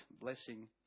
blessing